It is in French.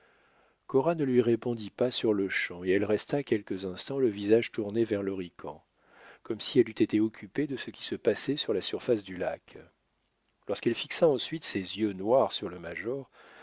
cora ne lui répondit pas sur-le-champ et elle resta quelques instants le visage tourné vers l'horican comme si elle eût été occupée de ce qui se passait sur la surface du lac lorsqu'elle fixa ensuite ses yeux noirs sur le major